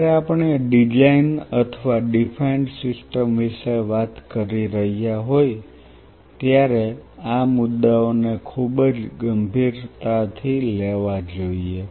જ્યારે આપણે ડિઝાઇન અથવા ડીફાઈન્ડ સિસ્ટમ વિશે વાત કરી રહ્યા હોઈ ત્યારે આ મુદ્દાઓને ખૂબ જ ગંભીરતાથી લેવા જોઈએ